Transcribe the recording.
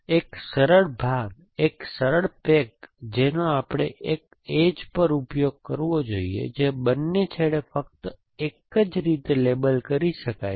એક સરળ ભાગ એક સરળ પેક જેનો આપણે એક એજ પર ઉપયોગ કરવો જોઈએ તે બંને છેડે ફક્ત એક જ રીતે લેબલ કરી શકાય છે